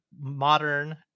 modern